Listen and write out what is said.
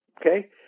Okay